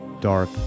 Dark